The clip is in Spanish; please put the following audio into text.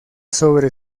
sobre